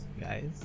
guys